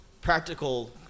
practical